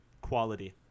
quality